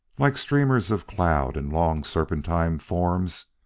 like streamers of cloud in long serpentine forms,